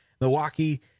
Milwaukee